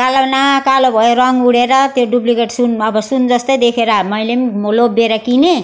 कालो न कालो भयो रङ उडेर त्यो डुप्लिकेट सुन अब सुन जस्तो देखेर मैले लोभिएर किने